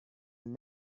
will